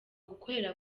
gukorera